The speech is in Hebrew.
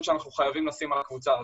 שאנחנו חייבים לשים על הקבוצה הזאת.